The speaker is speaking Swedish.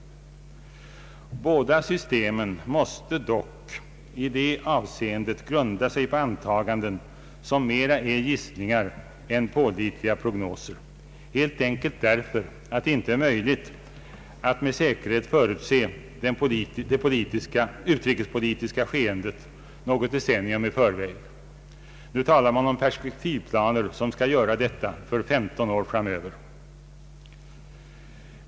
Båda systemen måste dock i det avseendet grunda sig på antaganden som mer är gissningar än pålitliga prognoser, helt enkelt därför att det inte är möjligt att med säkerhet förutse det «utrikespolitiska skeendet något decennium i förväg. Nu talar man om perspektivplaner som skall göra detta för 15 år framöver.